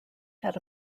had